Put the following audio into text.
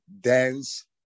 dance